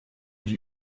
die